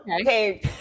okay